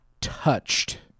touched